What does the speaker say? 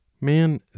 Man